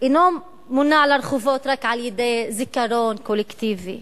אינו מונע לרחובות רק על-ידי זיכרון קולקטיבי